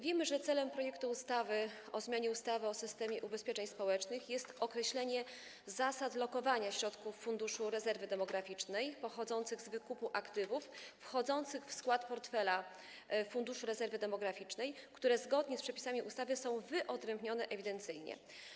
Wiemy, że celem projektu ustawy o zmianie ustawy o systemie ubezpieczeń społecznych jest określenie zasad lokowania środków Funduszu Rezerwy Demograficznej pochodzących z wykupu aktywów wchodzących w skład portfela Funduszu Rezerwy Demograficznej, które zgodnie z przepisami ustawy są wyodrębnione ewidencyjnie.